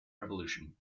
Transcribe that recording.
revolution